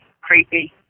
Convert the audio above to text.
creepy